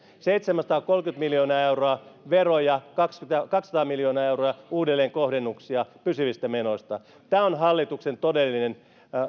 seitsemänsataakolmekymmentä miljoonaa euroa veroja kaksisataa miljoonaa euroa uudelleenkohdennuksia pysyvistä menoista tämä on hallituksen todellinen